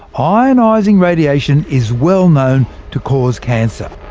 ionising radiation is well known to cause cancer.